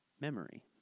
memory